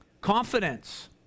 Confidence